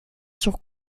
sur